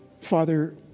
Father